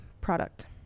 product